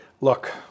Look